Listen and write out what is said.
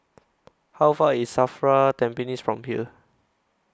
How Far IS SAFRA Tampines from here